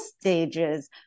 stages